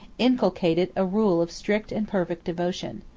inculcated a rule of strict and perfect devotion.